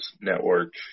Network